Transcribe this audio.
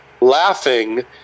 laughing